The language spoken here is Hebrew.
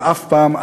ואף פעם,